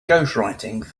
ghostwriting